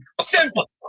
Simple